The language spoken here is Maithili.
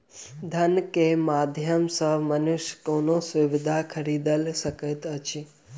धन के माध्यम सॅ मनुष्य कोनो सुविधा खरीदल सकैत अछि